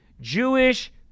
Jewish